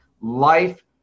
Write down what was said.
life